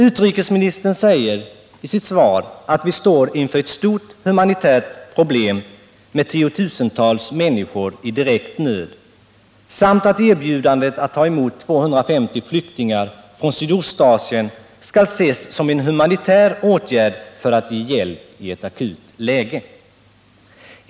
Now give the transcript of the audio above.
Utrikesministern säger i sitt svar, att vi står inför ett stort humanitärt problem med tiotusentals människor i direkt nöd samt att erbjudandet att ta emot 250 flyktingar från Sydostasien skall ses som en humanitär åtgärd för att ge hjälp i ett akut läge.